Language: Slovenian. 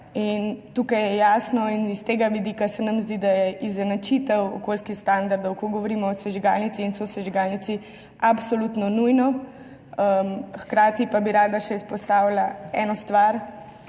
Tukaj je jasno in s tega vidika se nam zdi, da je izenačitev okoljskih standardov, ko govorimo o sežigalnici in sosežigalnici, absolutno nujna. Hkrati pa bi rada še izpostavila eno stvar.